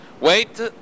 Wait